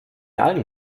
allen